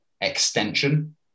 extension